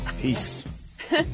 peace